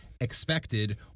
expected